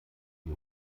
die